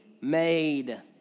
made